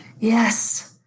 Yes